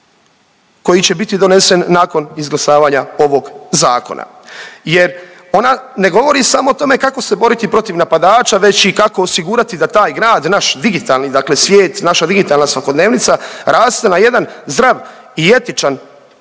koji će biti donesen nakon izglasavanja ovog zakona. Jer ona ne govori samo o tome kako se boriti protiv napadača već i kako osigurati da taj grad naš digitalni dakle svijet, naša digitalna svakodnevnica raste na jedan zdrav i etičan